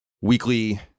weekly